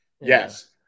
Yes